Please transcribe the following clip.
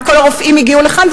וכל הרופאים הגיעו לכאן,